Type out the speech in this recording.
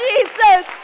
Jesus